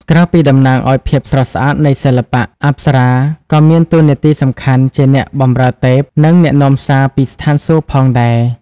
ក្រៅពីតំណាងឲ្យភាពស្រស់ស្អាតនៃសិល្បៈ អប្សរាក៏មានតួនាទីសំខាន់ជា អ្នកបម្រើទេព និង អ្នកនាំសារពីស្ថានសួគ៌ ផងដែរ។